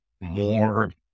more